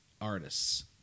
artists